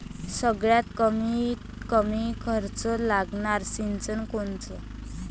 सगळ्यात कमीत कमी खर्च लागनारं सिंचन कोनचं?